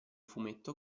fumetto